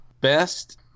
best